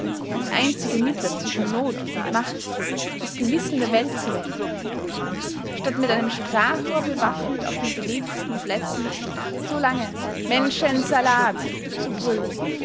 als einzige mittler zwischen not und macht das gewissen der welt zu wecken statt mit einem sprachrohr bewaffnet auf den belebtesten plätzen so lange men schen sa lat zu brüllen